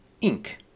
ink